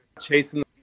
chasing